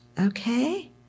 Okay